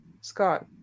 Scott